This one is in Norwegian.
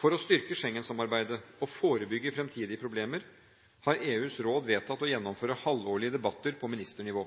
For å styrke Schengen-samarbeidet og forebygge fremtidige problemer har EUs råd vedtatt å gjennomføre halvårlige debatter på ministernivå.